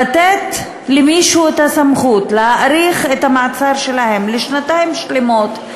לתת למישהו את הסמכות להאריך את המעצר שלהם לשנתיים שלמות,